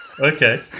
okay